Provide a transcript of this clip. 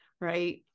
right